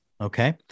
Okay